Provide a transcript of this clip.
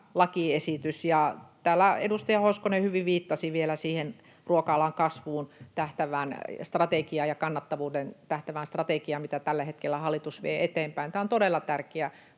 lakiesitys. Täällä edustaja Hoskonen hyvin viittasi vielä siihen ruoka-alan kasvuun ja kannattavuuteen tähtäävään strategiaan, mitä tällä hetkellä hallitus vie eteenpäin. Tämä on todella tärkeää.